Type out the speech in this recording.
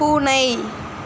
பூனை